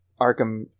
arkham